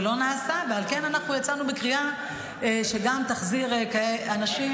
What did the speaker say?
זה לא נעשה, על כן יצאנו בקריאה שגם תחזיר אנשים.